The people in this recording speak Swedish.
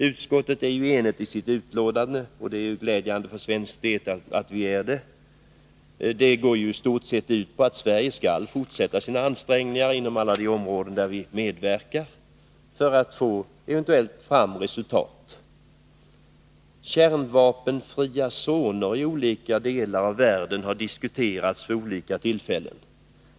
Utskottet är enigt i sitt betänkande, och det är glädjande för svensk del. Det går i stort sett ut på att Sverige skall fortsätta sina ansträngningar, inom alla de områden där vi medverkar, för att eventuellt få fram resultat. Kärnvapenfria zoner i olika delar av världen har diskuterats vid olika tillfällen.